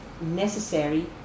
necessary